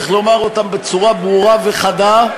צריך לומר אותם בצורה ברורה וחדה,